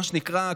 מה שנקרא,